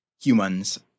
humans